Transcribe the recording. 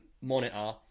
monitor